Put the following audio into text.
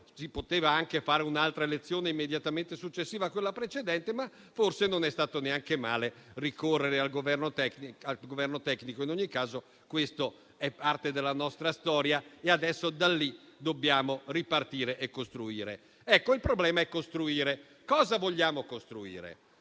si poteva anche fare un'altra elezione immediatamente successiva a quella precedente, ma forse non è stato neanche male ricorrere al Governo tecnico. In ogni caso, questo è parte della nostra storia e adesso da lì dobbiamo ripartire e costruire. Ecco, il problema è costruire. Cosa vogliamo costruire?